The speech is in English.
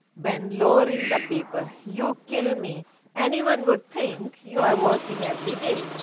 ben lowering the paper, you kill me any one would think you are working every day.